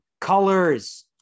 colors